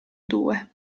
due